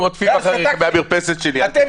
אני רואה מהמרפסת שלי את השוטרים רודפים אחריכם.